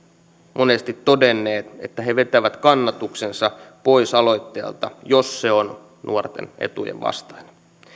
monesti todenneet että he vetävät kannatuksensa pois aloitteelta jos se on nuorten etujen vastainen